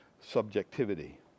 subjectivity